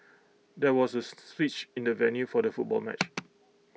there was A switch in the venue for the football match